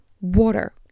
water